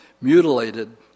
mutilated